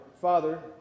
Father